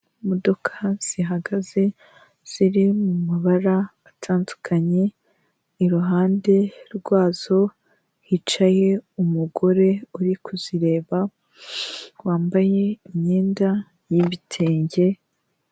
Imodoka zihagaze ziri mu mabara atandukanye, iruhande rwazo hicaye umugore uri kuzireba wambaye imyenda y'ibitenge.